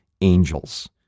angels